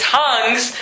tongues